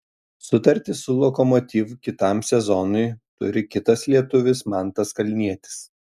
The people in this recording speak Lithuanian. sutartį su lokomotiv kitam sezonui turi kitas lietuvis mantas kalnietis